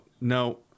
No